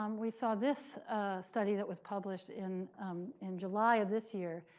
um we saw this study that was published in in july of this year.